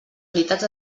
unitats